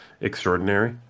extraordinary